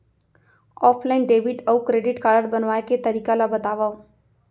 Offline debit अऊ credit card बनवाए के तरीका ल बतावव?